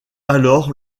alors